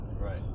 Right